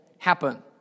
happen